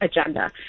agenda